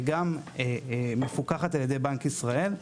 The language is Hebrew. וגם מפוקחת על ידי בנק ישראל.